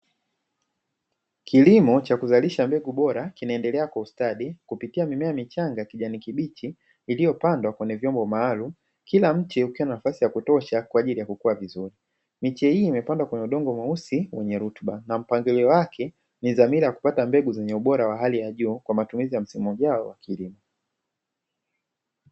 Kilimo cha kuzalisha mbegu bora kinaendelea kwa ustadi kupitia mimea michanga ya kijani kibichi iliyo pandwa kwenye vyombo maalumu kila mche umepewa nafasi ya kutosha kwajili ya kukua vizuri. Miche hii imepandwa kwenye udongo mweusi wenye rutuba mpangilio wake ni dhamira ya kupata mbegu bora ya hali ya juu kwa matumizi ya msimu ujao wa kilimo.